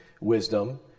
wisdom